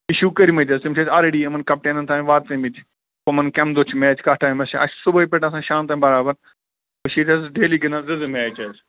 issue کٔرمٕتۍ حظ تِم چھِ اَسہِ آلریڈ یِمَن کپٹینن تانۍ واتہٕ نٲیمٕتۍ کَمَن کیٚنمہِ دۄہ چھِ میچ کَتھ ٹایمَس چھِ اَسہِ چھِ صبحٲے پٲٹھۍ آسان شام تام بَرابر أسۍ چھِ ییٚتہِ حظ ڈیلی گِنٛدان زٕ زٕ میچ حظ